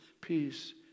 peace